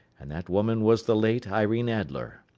and that woman was the late irene adler,